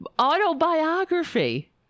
autobiography